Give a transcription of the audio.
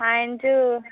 point